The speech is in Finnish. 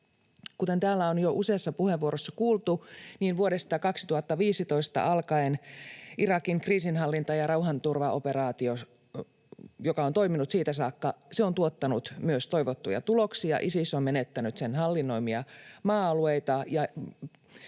Kuten täällä on jo useassa puheenvuorossa kuultu, niin vuodesta 2015 alkaen Irakin kriisinhallinta- ja rauhanturvaoperaatio, joka on toiminut siitä saakka, on tuottanut myös toivottuja tuloksia. Isis on menettänyt sen hallinnoimia maa-alueita,